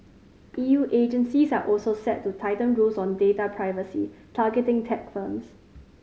E U agencies are also set to tighten rules on data privacy targeting tech firms